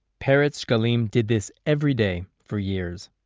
peretz shekalim did this every day, for years.